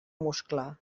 muscle